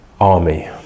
army